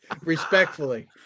Respectfully